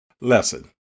Lesson